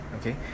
okay